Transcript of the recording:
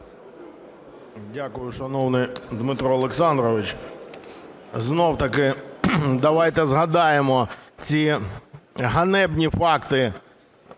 Дякую, шановний Дмитро Олександрович. Знов-таки давайте згадаємо ці ганебні факти